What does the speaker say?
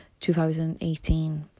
2018